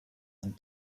and